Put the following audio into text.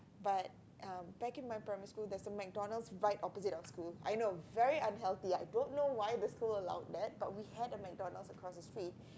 but um back in my primary school there's a McDonald's right opposite of school I know very unhealthy I don't know why the school allowed that but we had a McDonald's across the street